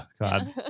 God